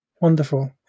wonderful